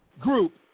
group